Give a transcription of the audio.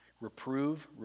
reprove